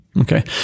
okay